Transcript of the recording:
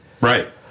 Right